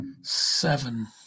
Seven